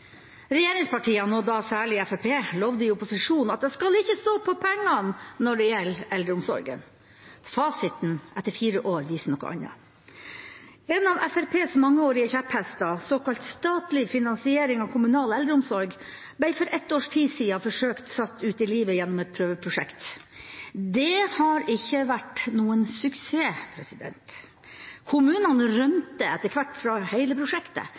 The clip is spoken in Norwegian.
Regjeringspartiene – særlig Fremskrittspartiet – lovte i opposisjon at det ikke skal stå på pengene når det gjelder eldreomsorgen. Fasiten etter fire år viser noe annet. En av Fremskrittspartiets mangeårige kjepphester, såkalt statlig finansiering av kommunal eldreomsorg, ble for et års tid siden forsøkt satt ut i livet gjennom et prøveprosjekt. Det har ikke vært noen suksess. Kommunene rømte etter hvert fra hele prosjektet,